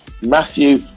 Matthew